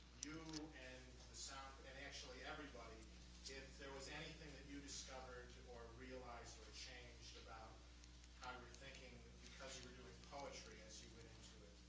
you and the sound and actually everybody if there was anything that you discovered or realized or changed about how um your thinking because you were doing poetry as you went into it.